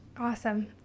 Awesome